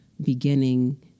beginning